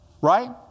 Right